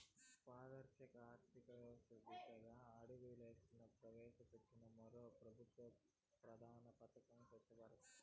పారదర్శక ఆర్థికవ్యవస్త దిశగా అడుగులేస్తూ ప్రవేశపెట్టిన మరో పెబుత్వ ప్రధాన పదకం స్వచ్ఛ భారత్